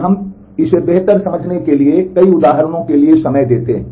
तो अब हम इसे बेहतर समझने के लिए कई उदाहरणों के लिए समय देते हैं